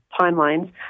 timelines